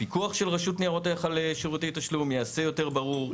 הפיקוח של רשות ניירות ערך על שירותי תשלום ייעשה יותר ברור,